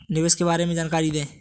निवेश के बारे में जानकारी दें?